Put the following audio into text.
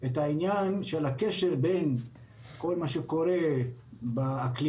את העניין של הקשר בין כל מה שקורה באקלים,